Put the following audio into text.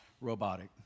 robotic